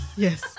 Yes